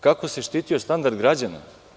Kako se štitio standard građana?